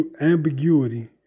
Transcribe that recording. ambiguity